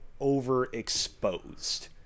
overexposed